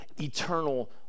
eternal